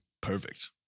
Perfect